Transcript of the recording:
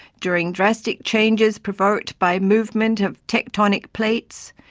during drastic changes provoked by movement of tectonic plates,